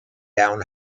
down